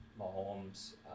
Mahomes